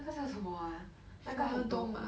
那个叫什么啊那个很多